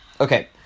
okay